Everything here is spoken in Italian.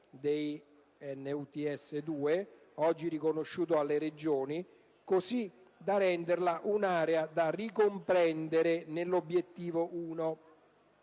del NUTS 2, oggi riconosciuto alle Regioni, così da renderla un'area da ricomprendere nell'obiettivo 1.